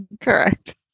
correct